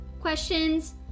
questions